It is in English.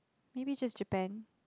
maybe just Japan